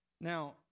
Now